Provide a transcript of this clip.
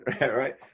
Right